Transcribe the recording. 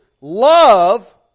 love